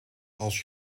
als